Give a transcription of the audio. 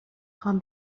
خوام